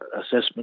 assessment